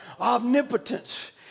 omnipotence